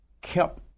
kept